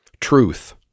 Truth